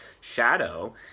shadow